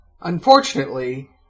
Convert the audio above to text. Unfortunately